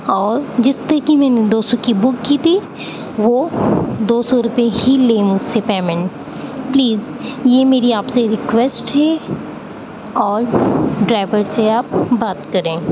اور جتنے کی میں نے دو سو کی بک کی تھی وہ دو سو روپئے ہی لیں مجھ سے پیمنٹ پلیز یہ میری آپ سے ریکویسٹ ہے اور ڈرائبر سے آپ بات کریں